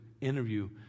interview